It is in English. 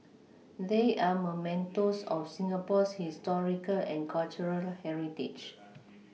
they are mementos of Singapore's historical and cultural heritage